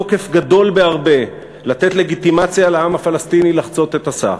תוקף גדול בהרבה לתת לגיטימציה לעם הפלסטיני לחצות את הסף.